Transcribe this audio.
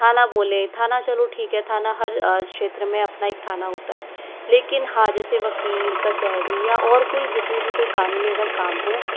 थाना बोले थाना चलो ठीक है थाना हर क्षेत्र में अपना एक थाना होता है लेकिन हाँ जैसे वकील कचहरी या और कोई जितने भी कोई कानूनी अगर काम हो